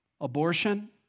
Abortion